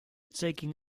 taking